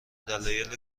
دلایل